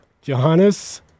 Johannes